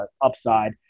upside